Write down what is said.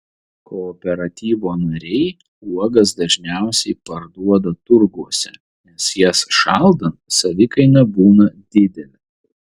kooperatyvo nariai uogas dažniausiai parduoda turguose nes jas šaldant savikaina būna didelė